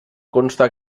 consta